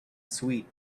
sweet